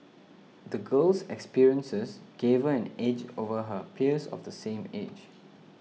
the girl's experiences gave her an edge over her peers of the same age